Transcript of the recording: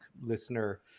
listener